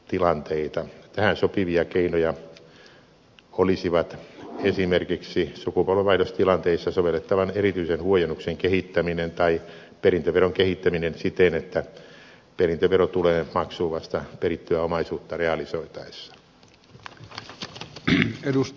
tähän sopivia keinoja olisivat esimerkiksi sukupolvenvaihdostilanteissa sovellettavan erityisen huojennuksen kehittäminen tai perintöveron kehittäminen siten että perintövero tulee maksuun vasta perittyä omaisuutta realisoitaessa